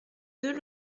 deux